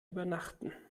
übernachten